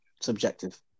Subjective